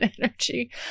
energy